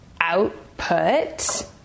output